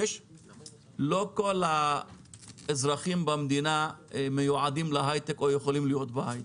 לא כל האזרחים במדינה מיועדים להייטק או יכולים להיות בהייטק.